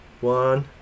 one